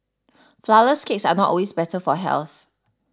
Flourless Cakes are not always better for health